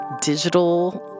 digital